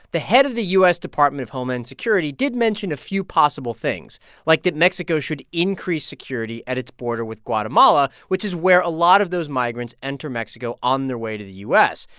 the head of the u s. department of homeland security did mention a few possible things like that mexico should increase security at its border with guatemala, which is where a lot of those migrants enter mexico on their way to the u s,